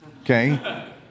Okay